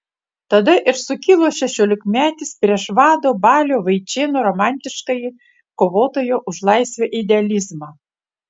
tada ir sukilo šešiolikmetis prieš vado balio vaičėno romantiškąjį kovotojo už laisvę idealizmą